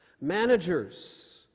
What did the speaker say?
managers